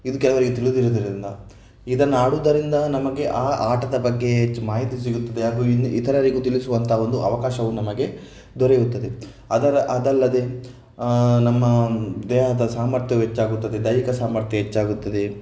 ಇದು ಕೆಲವರಿಗೆ ತಿಳಿದಿರುದಿರಿನ್ನ ಇದನ್ನು ಆಡುವುದರಿಂದ ನಮಗೆ ಆ ಆಟದ ಬಗ್ಗೆ ಹೆಚ್ಚು ಮಾಹಿತಿ ಸಿಗುತ್ತದೆ ಅದು ಇತರರಿಗೂ ತಿಳಿಸುವಂತಹ ಒಂದು ಅವಕಾಶವು ನಮಗೆ ದೊರೆಯುತ್ತದೆ ಅದರ ಅದಲ್ಲದೆ ನಮ್ಮ ದೇಹದ ಸಾಮರ್ಥ್ಯವು ಹೆಚ್ಚಾಗುತ್ತದೆ ದೈಹಿಕ ಸಾಮರ್ಥ್ಯ ಹೆಚ್ಚಾಗುತ್ತದೆ